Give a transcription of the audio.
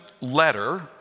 letter